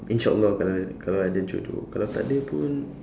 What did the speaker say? inshallah kalau ad~ kalau ada jodoh kalau takde pun